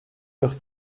heure